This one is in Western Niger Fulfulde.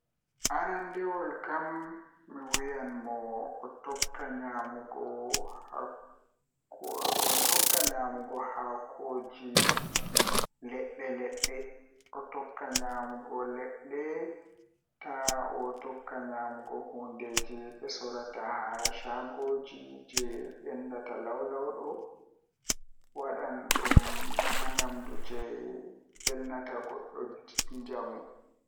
Arandewol kam mi wiyan mo o tokka nyamugo haakooji ledde ledde o tokka nyamugo ledde taa otokka nyamugo hundeeji be sorata haa shagooji jei bendata lawlaw do wadan dum naa nyamdu jei beddinda goddo njamu.